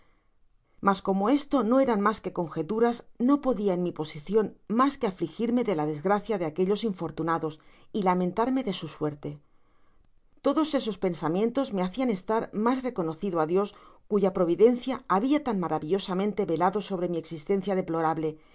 mas como esto no eran mas que conjeturas no podia en mi posicion mas que afligirme de la desgracia de aquellos infortunados y lamentarme de su suerte todos esos pensamientos me hacian estar mas reconocido á dios cuya providencia habia tan maravillosamente velado sobre mi existencia deplorable y